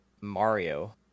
mario